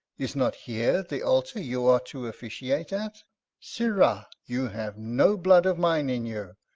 is not here the altar you are to officiate at sirrah! you have no blood of mine in you.